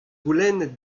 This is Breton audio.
goulennet